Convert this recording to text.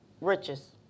riches